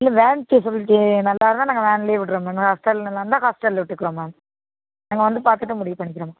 இல்லை van facility நல்லா இருந்தா நாங்கள் வேன்ல விடுகிறோம் மேம் ஹாஸ்டல் நல்லா இருந்தா ஹாஸ்டலில் விட்டுக்கறோம் மேம் நாங்கள் வந்து பார்த்துட்டு முடிவு பண்ணிக்கிறோம் மேம்